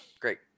great